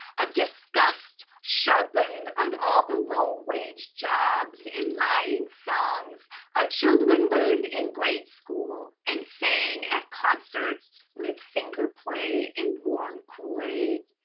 of disgust sharpened on all the low-wage jobs and lying songs our children learned in grade school and sang at concerts with fingerplay and warm kool-aid,